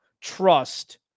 trust